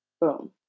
Boom